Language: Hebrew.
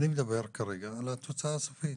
אני מדבר כרגע על התוצאה הסופית.